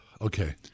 Okay